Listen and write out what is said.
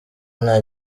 nta